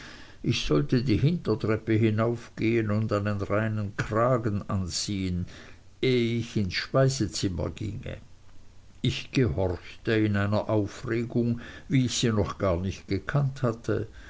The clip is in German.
ich sollte die hintertreppe hinaufgehen und einen reinen kragen anziehen ehe ich ins speisezimmer ginge ich gehorchte in einer aufregung wie ich sie noch gar nicht gekannt hatte